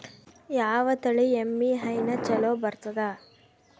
ಯಾವ ತಳಿ ಎಮ್ಮಿ ಹೈನ ಚಲೋ ಬರ್ತದ?